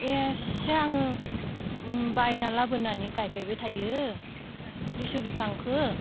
एसे आङो बायना लाबोनानै गायफैबाय थायो लिसु बिफांखो